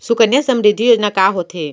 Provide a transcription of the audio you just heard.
सुकन्या समृद्धि योजना का होथे